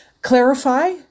Clarify